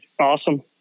awesome